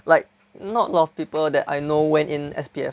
like not a lot of people that I know went in S_P_F